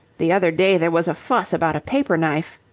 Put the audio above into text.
the other day there was a fuss about a paper-knife.